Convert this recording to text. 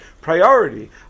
priority